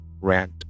rant